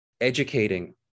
educating